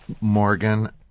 Morgan